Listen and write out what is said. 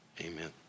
amen